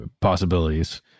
possibilities